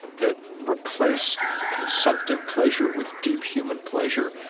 that replace consumptive pleasure with deep human pleasure,